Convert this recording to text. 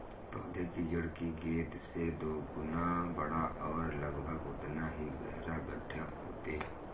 पौधे की जड़ की गेंद से दोगुना बड़ा और लगभग उतना ही गहरा गड्ढा खोदें